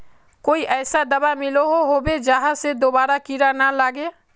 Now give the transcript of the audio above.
कोई ऐसा दाबा मिलोहो होबे जहा से दोबारा कीड़ा ना लागे?